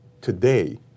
today